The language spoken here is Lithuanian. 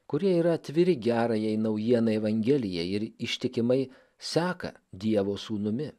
kurie yra atviri gerajai naujienai evangelijai ir ištikimai seka dievo sūnumi